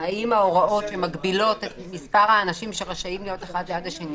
האם ההוראות שמגבילות את מספר האנשים שרשאים להיות אחד ליד השני